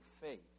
faith